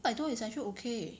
五百多 it's actually okay